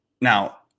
Now